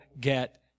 get